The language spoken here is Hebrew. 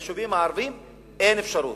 ליישובים הערביים אין אפשרות,